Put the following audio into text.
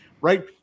right